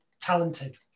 talented